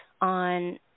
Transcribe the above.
on